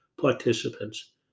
participants